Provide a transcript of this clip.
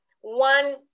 one